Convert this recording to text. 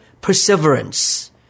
perseverance